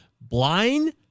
Blind